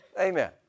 amen